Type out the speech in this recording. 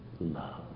love